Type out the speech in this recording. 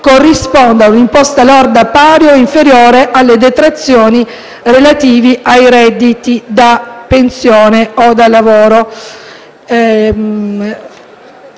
corrisponda a un'imposta lorda pari o inferiore alle detrazioni relative ai redditi da pensione o da lavoro.